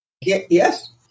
Yes